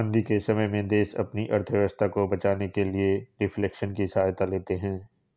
मंदी के समय में देश अपनी अर्थव्यवस्था को बचाने के लिए रिफ्लेशन की सहायता लेते हैं